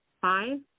five